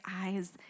eyes